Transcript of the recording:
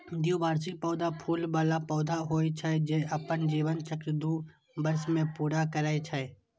द्विवार्षिक पौधा फूल बला पौधा होइ छै, जे अपन जीवन चक्र दू वर्ष मे पूरा करै छै